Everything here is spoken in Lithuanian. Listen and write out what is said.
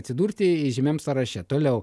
atsidurti įžymiam sąraše toliau